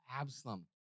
Absalom